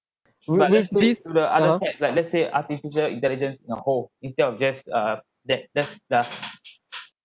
but to the other fact like let's say artificial intelligent in a whole instead of just uh that that does